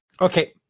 Okay